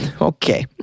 Okay